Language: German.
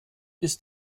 ist